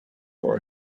for